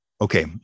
Okay